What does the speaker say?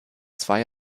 zwei